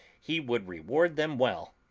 he would reward them well.